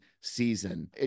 season